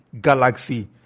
Galaxy